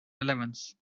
relevance